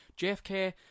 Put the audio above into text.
JFK